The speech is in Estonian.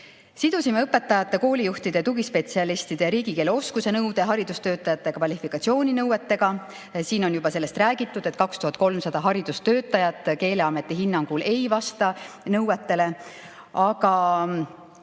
õpetajate, koolijuhtide ja tugispetsialistide riigikeele oskuse nõude haridustöötajate kvalifikatsiooninõuetega. Siin on juba sellest räägitud, et 2300 haridustöötajat Keeleameti hinnangul ei vasta nõuetele.